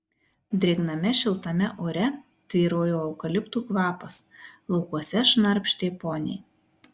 drėgname šiltame ore tvyrojo eukaliptų kvapas laukuose šnarpštė poniai